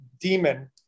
demon